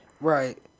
Right